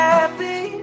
Happy